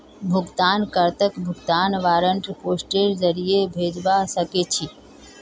भुगतान कर्ताक भुगतान वारन्ट पोस्टेर जरीये भेजवा सके छी